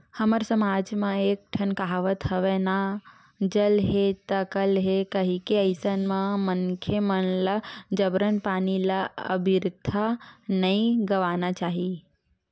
हमर समाज म एक ठन कहावत हवय ना जल हे ता कल हे कहिके अइसन म मनखे मन ल जबरन पानी ल अबिरथा नइ गवाना चाही